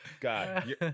God